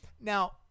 Now